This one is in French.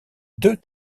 deux